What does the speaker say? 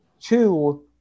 Two